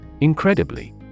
Incredibly